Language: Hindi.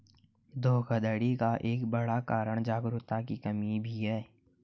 धोखाधड़ी का एक बड़ा कारण जागरूकता की कमी भी है